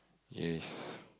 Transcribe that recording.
yes